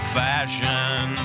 fashion